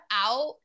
out